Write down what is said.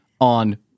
on